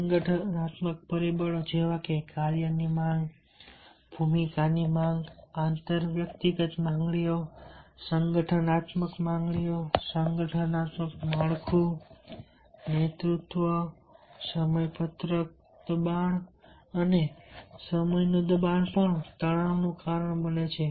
સંગઠનાત્મક પરિબળો જેવા કે કાર્યની માંગ જેમ કે ભૂમિકાની માંગ આંતર વ્યક્તિગત માંગણીઓ સંગઠનાત્મક માંગણીઓ સંગઠનાત્મક માળખું નેતૃત્વ સમયપત્રક દબાણ અને સમયનું દબાણ પણ તણાવનું કારણ બને છે